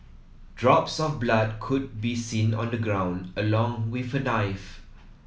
drops of blood could be seen on the ground along with a knife